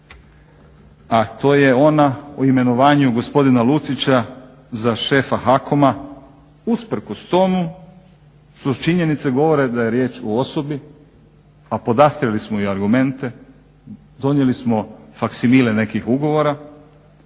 a to je ona o imenovanju gospodina Lucića za šefa HAKOM-a usprkos tomu što činjenice govore da je riječ o osobi a podastrli smo i argumente, donijeli smo faksimile nekih ugovora,